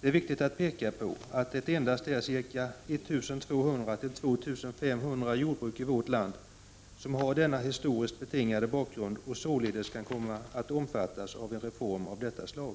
Det är viktigt att peka på att det endast är ca 1 200-2 500 jordbruk i vårt land som har denna historiskt betingade bakgrund och således kan komma att omfattas av en reform av detta slag.